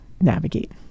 navigate